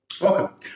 Welcome